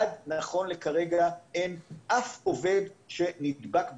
עד נכון לכרגע אין אף עובד שנדבק בקורונה,